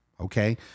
Okay